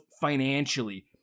financially